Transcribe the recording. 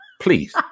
please